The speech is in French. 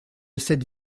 cette